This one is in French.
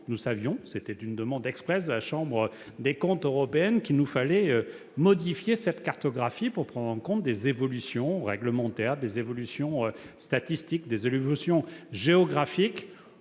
nous savions- c'était une demande expresse de la Cour des comptes européenne -qu'il nous fallait modifier cette cartographie pour prendre en compte des évolutions réglementaires, statistiques ou géographiques,